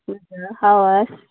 हुन्छ हवस्